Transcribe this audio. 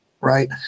Right